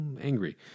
angry